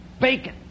Bacon